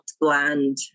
bland